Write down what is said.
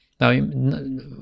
Now